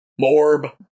Morb